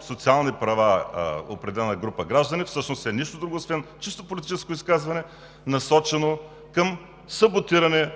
социални права определена група граждани, всъщност е нищо друго освен чисто политическо изказване, насочено към саботиране